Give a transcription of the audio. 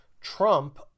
Trump